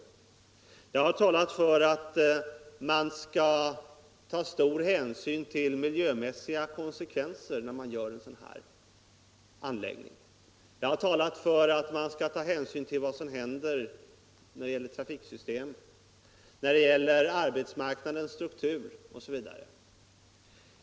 Vidare har jag talat för att man skall ta stor hänsyn till miljömässiga konsekvenser, när man gör en anläggning av detta slag, och jag har talat för att man skall ta hänsyn till vad som då händer beträffande trafiksystem, arbetsmarknadsstruktur osv.